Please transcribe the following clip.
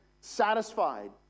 satisfied